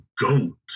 GOAT